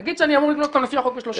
נניח שאני אמור לקנוס אותם לפי החוק ב-30%,